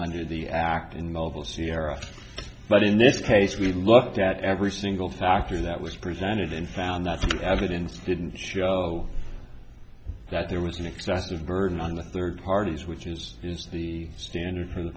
under the act in mobile c r but in this case we looked at every single factor that was presented in found that the evidence didn't show that there was an excessive burden on the third parties which is the standard for